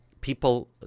people